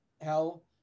hell